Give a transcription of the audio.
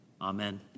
Amen